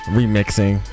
remixing